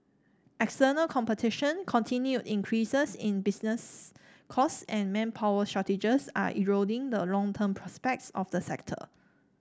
external competition continued increases in business costs and manpower shortages are eroding the longer term prospects of the sector